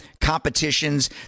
competitions